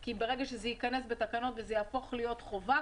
כי ברגע שזה ייכנס בתקנות ויהפוך להיות חובה,